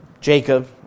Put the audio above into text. Jacob